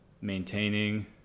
maintaining